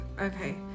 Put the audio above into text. Okay